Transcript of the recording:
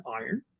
iron